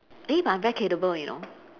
eh but I'm very capable you know